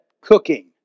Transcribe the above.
cooking